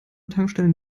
tankstellen